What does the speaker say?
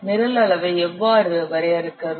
நிரல் அளவை எவ்வாறு வரையறுக்கிறோம்